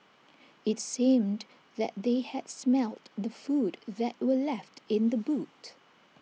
IT seemed that they had smelt the food that were left in the boot